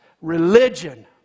religion